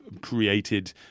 created